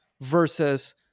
versus